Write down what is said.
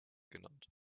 genannt